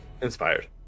inspired